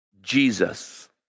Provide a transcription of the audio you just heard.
Jesus